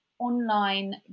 online